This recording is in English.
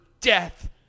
death